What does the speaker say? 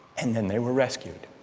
and then they were rescued.